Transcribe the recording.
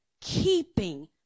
keeping